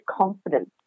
confidence